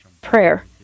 prayer